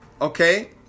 okay